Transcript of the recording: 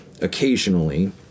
occasionally